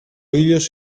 ήλιος